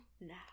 now